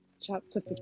chapter